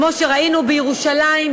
כמו שראינו בירושלים,